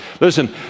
Listen